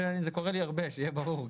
וזה קורה לי הרבה שיהיה ברור,